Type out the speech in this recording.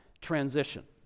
transition